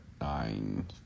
nine